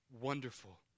wonderful